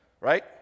right